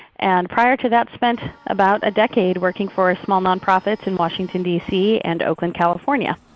and prior to that spent about a decade working for small nonprofits in washington dc and oakland california.